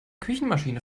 küchenmaschine